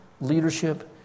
leadership